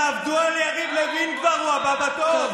תעבדו על יריב לוין כבר, הוא הבא בתור.